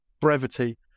brevity